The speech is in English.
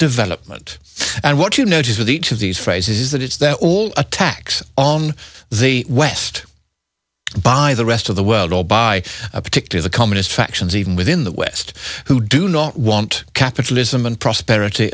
development and what you notice with each of these phrases that it's that old attacks on the west by the rest of the world all by particular the communist factions even within the west who do not want capitalism and prosperity